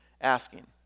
asking